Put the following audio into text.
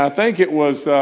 i think it was